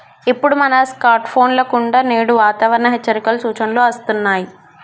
ఇప్పుడు మన స్కార్ట్ ఫోన్ల కుండా నేడు వాతావరణ హెచ్చరికలు, సూచనలు అస్తున్నాయి